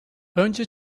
önce